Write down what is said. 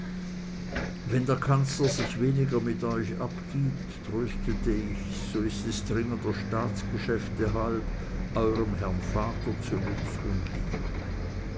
wenn der kanzler sich weniger mit euch abgibt tröstete ich so ist es dringender staatsgeschäfte halb eurem herrn vater zu nutz und lieb